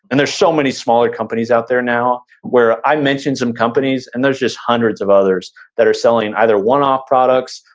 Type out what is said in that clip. and there's so many smaller companies out there now where i mentioned some companies, and there's just hundreds of others that are selling either one-off products,